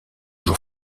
jour